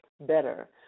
better